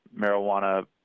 marijuana